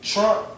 Trump